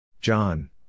John